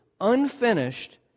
Unfinished